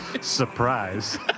Surprise